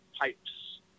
pipes